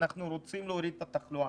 אנחנו רוצים להוריד את התחלואה,